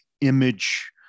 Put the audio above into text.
image